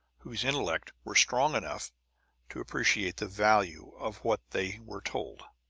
whose intellect were strong enough to appreciate the value of what they were told.